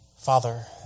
Father